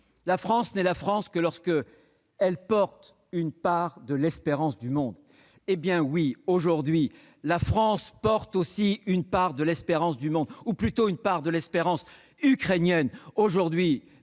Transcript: la France n'était elle-même que lorsqu'elle portait une part de l'espérance du monde. Aujourd'hui, la France porte une part de l'espérance du monde, ou plutôt une part de l'espérance ukrainienne.